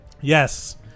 Yes